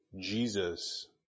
Jesus